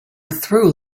through